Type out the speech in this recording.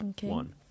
one